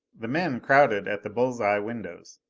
the men crowded at the bull's-eye windows.